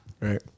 Right